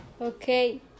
Okay